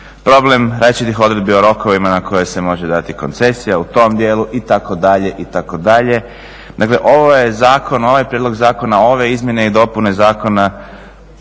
problem različitih odredbi o rokovima na koje se može dati koncesija u tom dijelu, itd.,